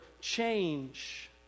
change